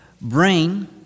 brain